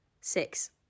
Six